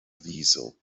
ddiesel